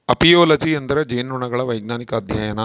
apiology ಎಂದರೆ ಜೇನುನೊಣಗಳ ವೈಜ್ಞಾನಿಕ ಅಧ್ಯಯನ